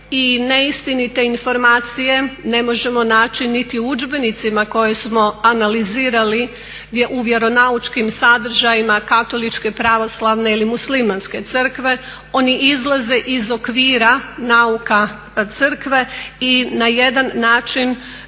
neistinite informacije ne možemo naći niti u udžbenicima koje smo analizirali gdje u vjeronaučnim sadržajima katoličke, pravoslavne ili muslimanske crkve oni izlaze iz okvira nauka crkve i na jedan način